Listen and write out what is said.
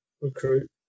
recruit